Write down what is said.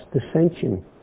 dissension